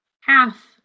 half